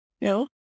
No